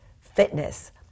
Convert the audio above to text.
fitness